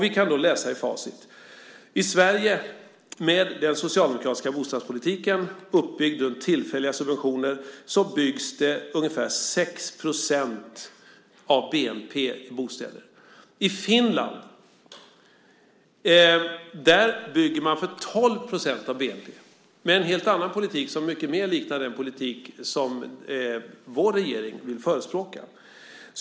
Vi kan med facit i hand se att det i Sverige, med den socialdemokratiska bostadspolitiken uppbyggd kring tillfälliga subventioner, byggs bostäder för ungefär 6 % av bnp. I Finland bygger man, med en helt annan politik, för 12 % av bnp. Det är en politik som mycket mer liknar den som vår regering nu förespråkar.